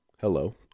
hello